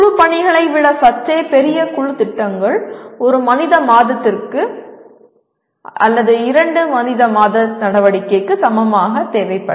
குழு பணிகளை விட சற்றே பெரிய குழு திட்டங்கள் ஒரு மனித மாதத்திற்கு அல்லது இரண்டு மனித மாத நடவடிக்கைக்கு சமமாக தேவைப்படும்